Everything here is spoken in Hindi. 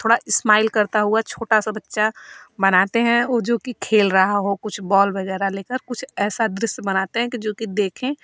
थोड़ा इस्माइल करता हुआ छोटा सा बच्चा बनाते हैं वो जो कि खेल रहा हो कुछ बॉल वगैरह लेकर कुछ ऐसा दृश्य बनाते हैं कि जो कि देखें